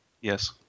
Yes